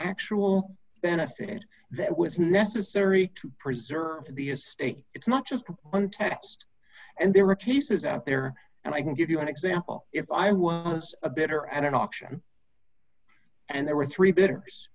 actual benefit that was necessary to preserve the estate it's not just one test and there are cases out there and i can give you an example if i was a bitter and an auction and there were three b